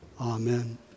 Amen